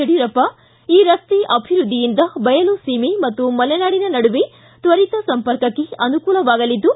ಯಡಿಯೂರಪ್ಪ ಈ ರಸ್ತೆ ಅಭಿವೃದ್ದಿಯಿಂದ ಬಯಲುಶೀಮೆ ಮತ್ತು ಮಲೆನಾಡಿನ ನಡುವೆ ತ್ವರಿತ ಸಂಪರ್ಕಕ್ಕೆ ಅನುಕೂಲವಾಗಲಿದ್ದು